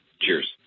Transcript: Cheers